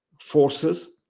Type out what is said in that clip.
forces